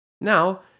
Now